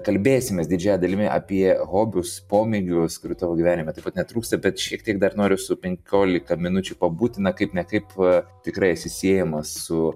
kalbėsimės didžiąja dalimi apie hobius pomėgius kurių tavo gyvenime netrūksta bet šiek tiek dar noriu su penkiolika minučių pabūti na kaip ne kaip tikrai esi siejamas su